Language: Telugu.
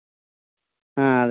నాన్ వెజ్ కావాలి